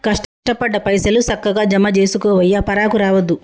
కష్టపడ్డ పైసలు, సక్కగ జమజేసుకోవయ్యా, పరాకు రావద్దు